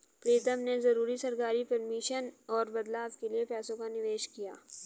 प्रीतम ने जरूरी सरकारी परमिशन और बदलाव के लिए पैसों का निवेश किया